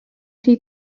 rhy